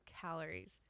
calories